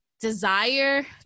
desire